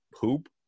poop